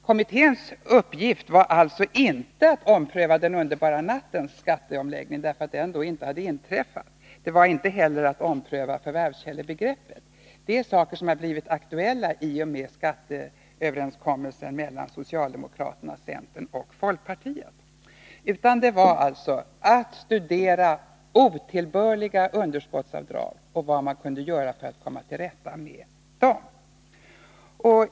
Kommitténs uppgift var alltså inte att ompröva den underbara nattens skatteomläggning, den hade ännu inte inträffat, inte heller att ompröva begreppet förvärvskälla. Det är saker som har blivit aktuella i och med skatteöverenskommelsen mellan socialdemokraterna, centern och folkpartiet. Kommitténs uppgift var alltså att studera otillbörliga underskottsavdrag och vad man kunde göra för att komma till rätta med dem.